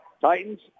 Titans